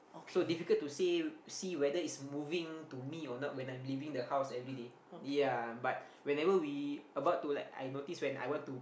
so difficult to say see whether it's moving to me or not when I'm leaving the house everyday ya but whenever we about to like I notice when I want to